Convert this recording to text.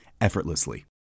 effortlessly